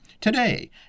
today